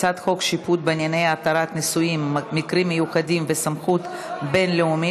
הצעת חוק שיפוט בענייני התרת נישואין (מקרים מיוחדים וסמכות בין-לאומית)